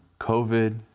COVID